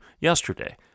yesterday